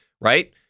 right